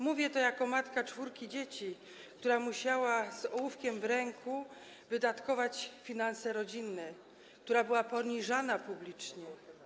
Mówię to jako matka czwórki dzieci, która musiała z ołówkiem w ręku planować finanse rodzinne, która była poniżana publicznie.